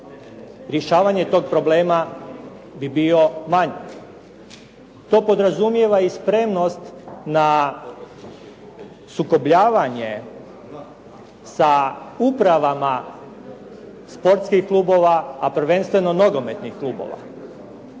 rješavanje toga problema bi bio manji. To podrazumijeva i spremnost na sukobljavanje sa upravama sportskih klubova a prvenstveno nogometnih klubova.